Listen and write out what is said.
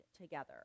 together